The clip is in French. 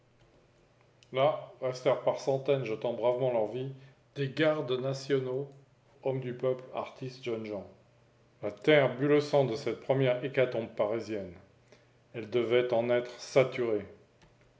restèrent par centaines jetant bravement leur vie des gardes nationaux hommes du peuple artistes jeunes gens la terre but le sang de cette première hécatombe parisienne elle en devait être saturée